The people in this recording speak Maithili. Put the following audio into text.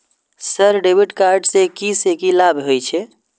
सर डेबिट कार्ड से की से की लाभ हे छे?